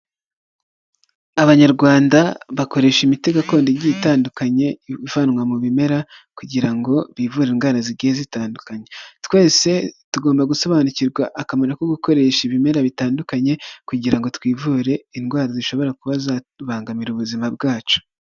Abanyarwanda bakoresha imiti gakondo igiye itandukanye ivanwa mu bimera kugira ngo bivure indwara zigiye zitandukanye, twese tugomba gusobanukirwa akamaro ko gukoresha ibimera bitandukanye kugira ngo twivure indwara zishobora kuba zabangamira ubuzima bwacu.